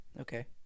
Okay